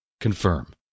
Confirm